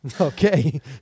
okay